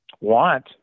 want